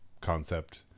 concept